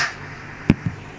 ya around the same also